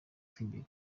tw’imbere